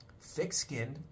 thick-skinned